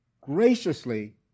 graciously